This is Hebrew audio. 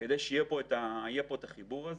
כדי שיהיה את החיבור הזה,